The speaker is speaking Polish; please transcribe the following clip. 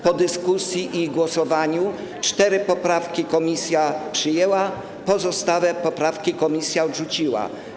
Po dyskusji i głosowaniu cztery poprawki komisja przyjęła, pozostałe poprawki komisja odrzuciła.